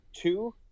Two